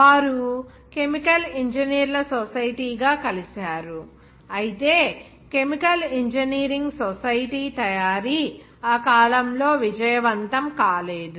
వారు కెమికల్ ఇంజనీర్ల సొసైటీగా కలిశారు అయితే కెమికల్ ఇంజనీరింగ్ సొసైటీ తయారీ ఆ కాలంలో విజయవంతం కాలేదు